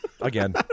Again